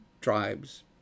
tribes